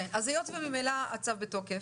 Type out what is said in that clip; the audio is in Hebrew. היות וממילא הצו בתוקף,